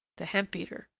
the hemp-beater.